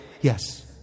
yes